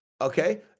Okay